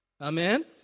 Amen